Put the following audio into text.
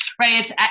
Right